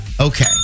okay